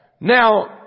Now